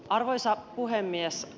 arvoisa puhemies